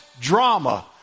drama